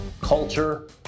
culture